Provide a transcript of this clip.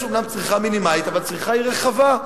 יש אומנם צריכה מינימלית, אבל צריכה היא רחבה.